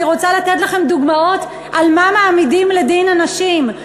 אני רוצה לתת לכם דוגמאות על מה מעמידים לדין אנשים: